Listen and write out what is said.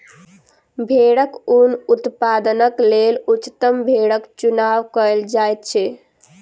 भेड़क ऊन उत्पादनक लेल उच्चतम भेड़क चुनाव कयल जाइत अछि